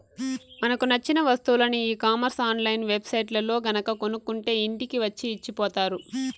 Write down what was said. మనకు నచ్చిన వస్తువులని ఈ కామర్స్ ఆన్ లైన్ వెబ్ సైట్లల్లో గనక కొనుక్కుంటే ఇంటికి వచ్చి ఇచ్చిపోతారు